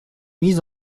mis